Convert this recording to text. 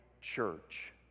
church